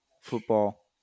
football